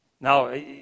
Now